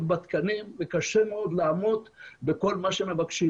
בתקנים וקשה מאוד לעמוד בכל מה שמבקשים,